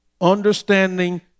understanding